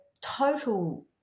total